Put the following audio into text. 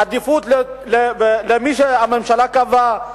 עדיפות למי שהממשלה קבעה,